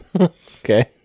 Okay